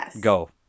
go